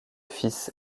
fils